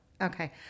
Okay